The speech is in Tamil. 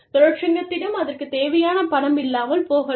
தொழிற்சங்கத்திடம் அதற்குத் தேவையான பணம் இல்லாமல் போகலாம்